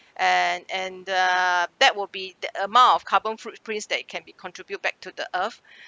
and and uh that will be the amount of carbon footprints that can be contribute back to the earth